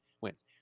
wins